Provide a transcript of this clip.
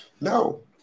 No